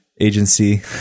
agency